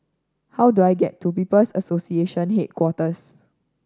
how do I get to People's Association Headquarters